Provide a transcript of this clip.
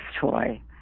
toy